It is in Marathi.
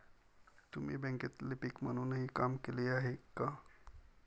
तुम्ही बँकेत लिपिक म्हणूनही काम केले आहे का?